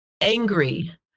angry